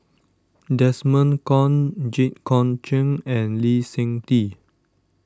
Desmond Kon Jit Koon Ch'ng and Lee Seng Tee